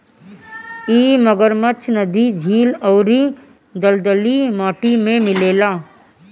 इ मगरमच्छ नदी, झील अउरी दलदली माटी में मिलेला